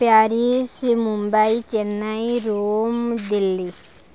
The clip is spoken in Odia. Paris Mumbai Chennai Rome Delhi